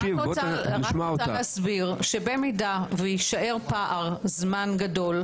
אם יישאר פער זמן גדול,